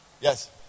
Yes